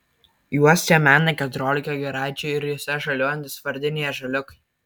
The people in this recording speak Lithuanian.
juos čia mena keturiolika giraičių ir jose žaliuojantys vardiniai ąžuoliukai